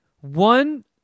one